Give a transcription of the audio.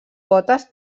potes